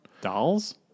Dolls